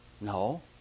No